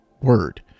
word